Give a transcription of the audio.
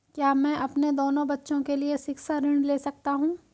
क्या मैं अपने दोनों बच्चों के लिए शिक्षा ऋण ले सकता हूँ?